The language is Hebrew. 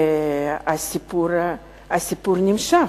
והסיפור נמשך.